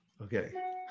Okay